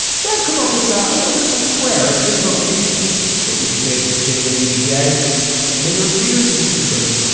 so i've come up with ah a little bit of a prayer an invocation that you could say at the beginning of each day may your leaders be good.